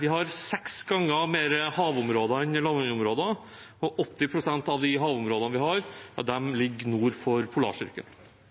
Vi har seks ganger mer havområde enn landområde, og 80 pst. av de havområdene vi har, ligger nord for